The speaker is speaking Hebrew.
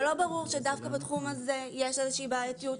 ולא ברור שדווקא בתחום הזה יש איזושהי בעייתיות.